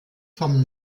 vom